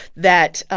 that,